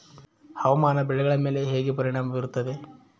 ಹವಾಮಾನ ಬೆಳೆಗಳ ಮೇಲೆ ಹೇಗೆ ಪರಿಣಾಮ ಬೇರುತ್ತೆ?